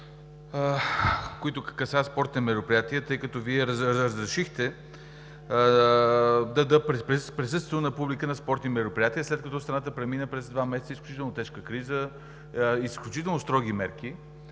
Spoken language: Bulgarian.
които касаят спортни мероприятия, тъй като Вие разрешихте присъствието на публика на спортни мероприятия, след като страната премина два месеца през изключително тежка криза при изключително строги мерки